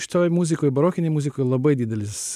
šitoj muzikoj barokinėj muzikoj labai didelis